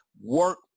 work